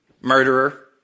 Murderer